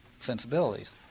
sensibilities